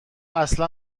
اصلا